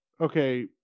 Okay